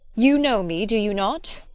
you know me, do you not?